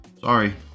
Sorry